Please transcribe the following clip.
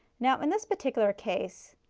now in this particular case,